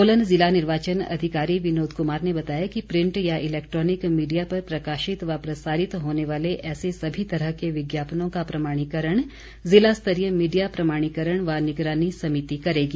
सोलन ज़िला निर्वाचन अधिकारी विनोद कुमार ने बताया कि प्रिंट या इलेक्ट्रॉनिक मीडिया पर प्रकाशित व प्रसारित होने वाले ऐसे सभी तरह के विज्ञापनों का प्रमाणीकरण जिलास्तरीय मीडिया प्रमाणीकरण व निगरानी समिति करेगी